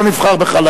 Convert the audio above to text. לא נבחר בך.